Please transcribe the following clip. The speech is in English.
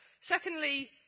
Secondly